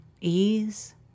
Ease